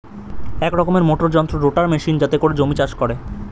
এক রকমের মোটর যন্ত্র রোটার মেশিন যাতে করে জমি চাষ করে